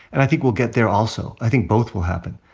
and i think we'll get there, also. i think both will happen.